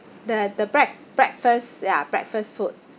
the the break~ breakfast ya breakfast food